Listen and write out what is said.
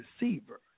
receiver